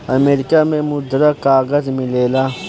America में मुद्रक कागज मिलेला